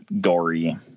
gory